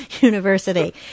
University